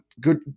good